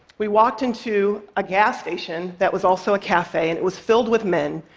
we walked into a gas station that was also a cafe, and it was filled with men.